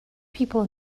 people